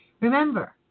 remember